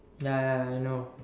ya ya ya I know